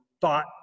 thought